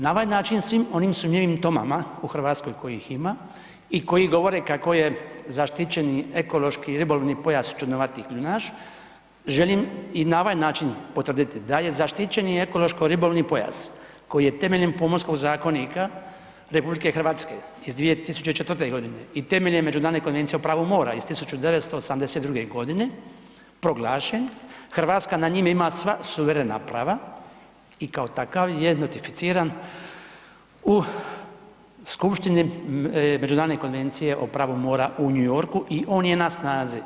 Na ovaj način svim onim sumnjivim Tomama u Hrvatskoj kojih ima i koji govore kako je zaštićeni ekološko-ribolovni pojas čudnovati kljunaš želim i na ovaj način potvrditi da je zaštićeni ekološko-ribolovni pojas koji je temeljem Pomorskog zakonika RH iz 2004. i temeljem Međunarodne konvencije o pravu mora iz 1982. godine proglašen, Hrvatska na njime ima sva suverena prava i kao takav je notificiran u Skupštini međunarodne konvencije o pravu mora u New Yorku i on je na snazi.